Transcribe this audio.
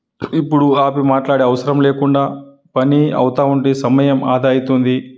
ఇప్పుడు ఆపి మాట్లాడే అవసరం లేకుండా పని అవుతు ఉంటే సమయం ఆదా అవుతుంది